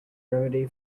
remedy